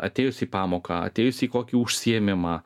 atėjus į pamoką atėjus į kokį užsiėmimą